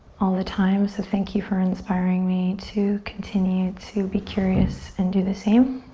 all the time so thank you for inspiring me to continue to be curious and do the same.